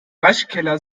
waschkeller